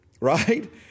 Right